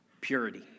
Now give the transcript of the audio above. purity